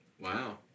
Wow